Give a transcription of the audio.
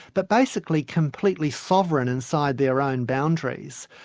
but basically completely sovereign inside their own boundaries.